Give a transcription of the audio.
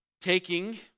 taking